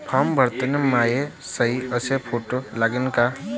Form भरताना मायी सयी अस फोटो लागन का?